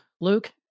Luke